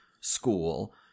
school